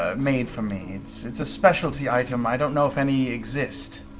ah made for me. it's it's a specialty item. i don't know if any exist.